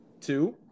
two